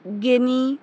গেনি